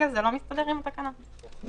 אני